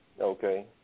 okay